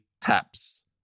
taps